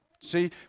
See